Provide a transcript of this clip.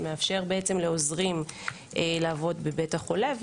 שמאפשר לעוזרים לעבוד בבית החולה,